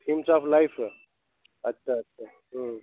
things of life अच्छा अच्छा हूं